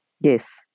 Yes